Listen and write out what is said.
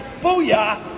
Booyah